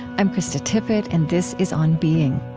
i'm krista tippett, and this is on being